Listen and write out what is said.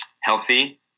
healthy